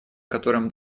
которым